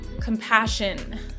Compassion